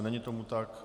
Není tomu tak.